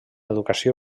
educació